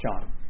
John